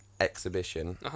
exhibition